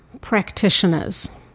practitioners